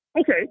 Okay